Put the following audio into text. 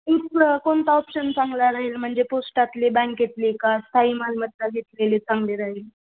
कुठलं कोणता ऑप्शन चांगला राहील म्हणजे पोस्टातली बँक घेतली की स्थायी मालमत्ता घेतलेली चांगली राहील